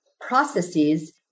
processes